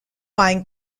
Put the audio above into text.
buying